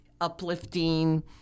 uplifting